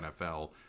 NFL